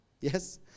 Yes